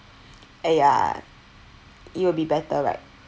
uh ya it will be better right